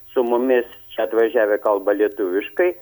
su mumis čia atvažiavę kalba lietuviškai